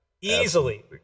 Easily